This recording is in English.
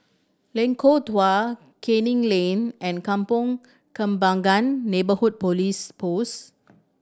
Lengkong Dua Canning Lane and Kampong Kembangan Neighbourhood Police Post